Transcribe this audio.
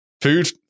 food